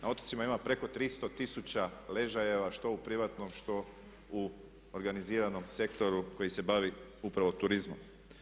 Na otocima ima preko 300 tisuća ležajeva što u privatnom što u organiziranom sektoru koji se bavi upravo turizmom.